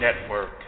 Network